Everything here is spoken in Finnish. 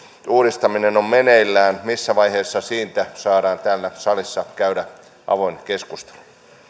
uudistaminen on meneillään missä vaiheessa siitä saadaan täällä salissa käydä avoin keskustelu